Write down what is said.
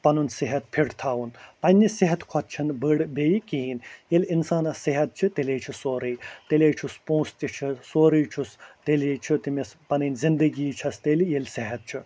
پَنُن صحت فِٹ تھاوُن پَنٛنہِ صحت کھۄتہٕ چھِنہٕ بٔڑ بیٚیہِ کِہیٖنۍ ییٚلہِ اِنسانَس صحت چھِ تیٚلے چھِ سۄرٕے تیٚلے چھُس پونٛسہٕ تہِ چھِ سورٕے چھُس تیٚلے چھُ تٔمِس پَنٕنۍ زندگی چھَس تیٚلہِ ییٚلہِ صحت چھُ